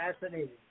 fascinating